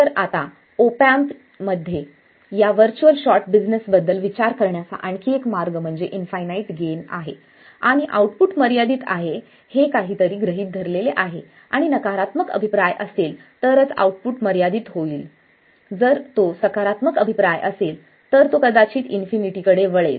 तर आता ऑप एम्पमध्ये या व्हर्च्युअल शॉर्ट बिझिनेसबद्दल विचार करण्याचा आणखी एक मार्ग म्हणजे इंफायनाईट गेन आहे आणि आउटपुट मर्यादित आहे हे काहीतरी गृहित धरले आहे आणि नकारात्मक अभिप्राय असेल तरच आउटपुट मर्यादित होईल जर तो सकारात्मक अभिप्राय असेल तर तो कदाचित इन्फिनिटी कडे वळेल